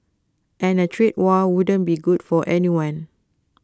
and A trade war wouldn't be good for anyone